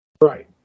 Right